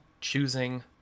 choosing